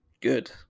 good